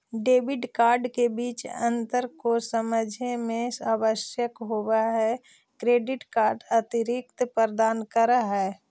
Debit card के बीच अंतर को समझे मे आवश्यक होव है क्रेडिट कार्ड अतिरिक्त प्रदान कर है?